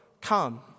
come